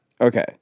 Okay